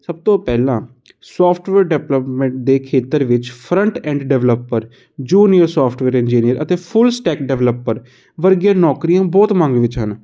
ਸਭ ਤੋਂ ਪਹਿਲਾਂ ਸੋਫਟਵੇਅਰ ਡਿਪਲੋਮੈਟ ਦੇ ਖੇਤਰ ਵਿੱਚ front end developer junior software engineer ਅਤੇ ਫੁੱਲ ਸਟੈਕ ਡਿਵਲੈਪਰ ਵਰਗੀਆਂ ਨੌਕਰੀਆਂ ਬਹੁਤ ਮੰਗ ਵਿੱਚ ਹਨ